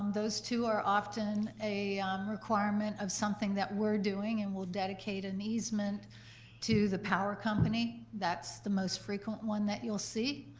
um those two are often a requirement of something that we're doing, and we'll dedicate an easement to the power company. that's the most frequency one that you'll see.